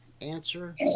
answer